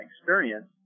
experience